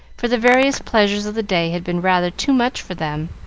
for the various pleasures of the day had been rather too much for them,